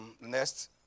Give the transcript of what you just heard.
Next